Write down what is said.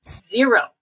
zero